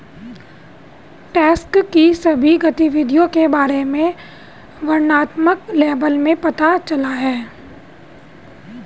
tax की सभी गतिविधियों के बारे में वर्णनात्मक लेबल में पता चला है